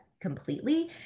completely